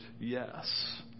yes